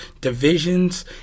divisions